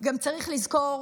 גם צריך לזכור